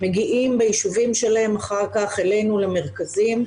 מגיעים מהיישובים שלהם אחר כך אלינו למרכזים.